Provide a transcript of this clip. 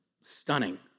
stunning